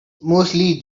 mostly